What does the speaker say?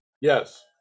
Yes